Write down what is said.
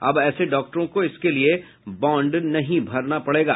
अब ऐसे डॉक्टरों को इसके लिए बांड नहीं भरना पड़ेगा